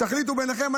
תחליטו ביניכם.